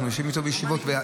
אנחנו יושבים איתו בישיבות יחד.